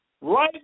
right